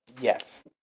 yes